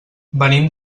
venim